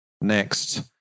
next